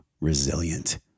resilient